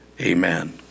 Amen